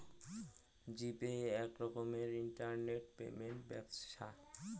জি pay আক রকমের internet payment ব্যবছ্থা